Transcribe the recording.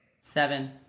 seven